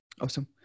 Awesome